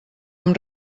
amb